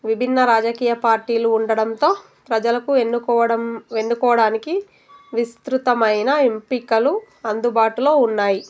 విభిన్న రాజకీయ పార్టీలు ఉండడంతో ప్రజలకు ఎన్నుకోవడం వెన్నుకోవడానికి విస్తృతమైన ఎంపికలు అందుబాటులో ఉన్నాయి